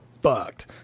Fucked